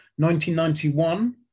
1991